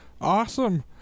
Awesome